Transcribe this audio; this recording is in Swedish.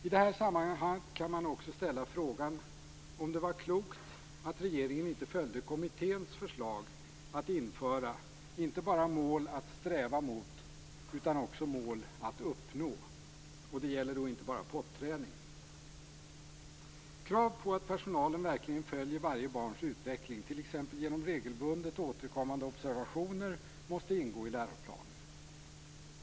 I detta sammanhang kan man också ställa frågan om det var klokt att regeringen inte följde kommitténs förslag att införa, inte bara mål att sträva mot utan också mål att uppnå. Och det gäller då inte bara potträning. Krav på att personalen verkligen följer varje barns utveckling, t.ex. genom regelbundet återkommande observationer, måste ingå i läroplanen.